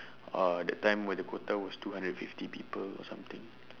uh that time when the quota was two hundred and fifty people or something